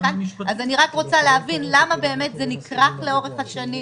אני רוצה להבין למה באמת זה נכרך לאורך השנים,